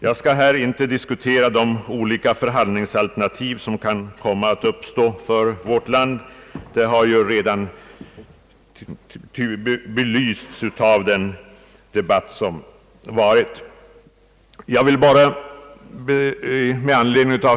Jag skall inte här diskutera de olika förhandlingsalternativ som kan komma att uppstå för vårt land, de har ju redan belysts av den debatt som hittills varit.